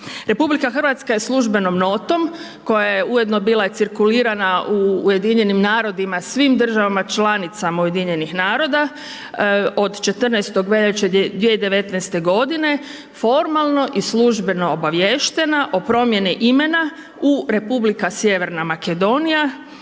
imena. RH je službenom notom koja je ujedno bila i cirkulirana u UN-u svim državama članicama UN-a od 14. veljače 2019. godine formalno i službeno obaviještena o promjeni imena u Republika Sjeverna Makedonija